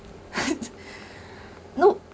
no